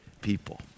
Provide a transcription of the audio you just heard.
people